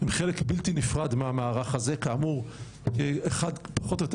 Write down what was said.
הן חלק בלתי נפרד מהמערך הזה כאמור אחת פחות או יותר